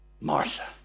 Martha